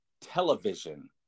television